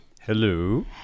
Hello